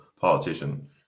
politician